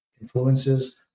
influences